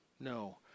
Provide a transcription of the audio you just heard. No